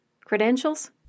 credentials